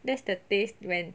that's the taste when